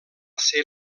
ser